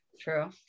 true